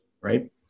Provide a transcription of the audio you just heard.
Right